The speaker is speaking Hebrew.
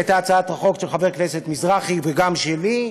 היא הייתה הצעת חוק של חבר הכנסת מזרחי וגם שלי,